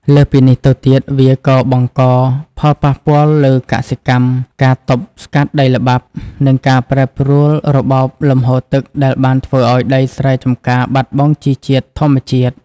លើសពីនេះទៅទៀត វាក៏បង្កផលប៉ះពាល់លើកសិកម្ម ការទប់ស្កាត់ដីល្បាប់ និងការប្រែប្រួលរបបលំហូរទឹកដែលបានធ្វើឱ្យដីស្រែចម្ការបាត់បង់ជីជាតិធម្មជាតិ។